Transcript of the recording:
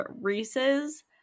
Reese's